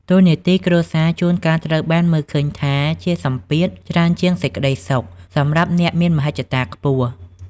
តួនាទីគ្រួសារជួនកាលត្រូវបានមើលឃើញថាជា "សម្ពាធ" ច្រើនជាង "សេចក្តីសុខ" សម្រាប់អ្នកមានមហិច្ឆតាខ្ពស់។